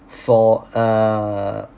for err